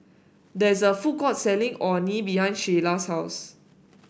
there is a food court selling Orh Nee behind Shayla's house